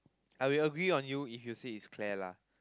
I will agree on you if you say it's Claire lah